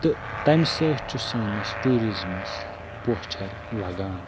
تہٕ تَمہِ سۭتۍ چھُ سٲنِس ٹیٛوٗرِزمَس پوچھَر لَگان